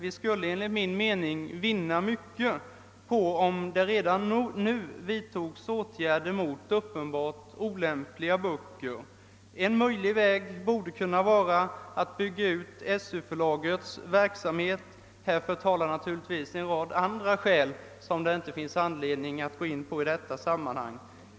Vi skulle enligt min mening vinna mycket på om det redan nu vidtogs åtgärder mot uppenbart olämpliga böcker. En möjlighet borde kunna vara att bygga ut Söförlagets verksamhet. Härför talar naturligtvis också en rad andra skäl, som det inte finns anledning att gå in på i detta sammanhang.